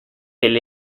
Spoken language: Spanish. del